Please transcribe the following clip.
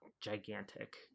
gigantic